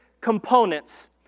components